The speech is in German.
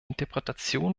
interpretation